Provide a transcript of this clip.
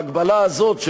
ההגבלה הזאת,